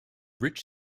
rich